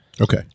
Okay